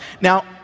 Now